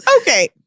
Okay